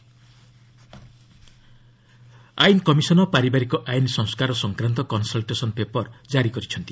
ଲ commission ଆଇନ commission ପାରିବାରିକ ଆଇନ ସଂସ୍କାର ସଂକ୍ରାନ୍ତ କନ୍ସଲ୍ଟେସନ୍ ପେପର୍ ଜାରି କରିଛନ୍ତି